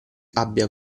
abbia